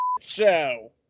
show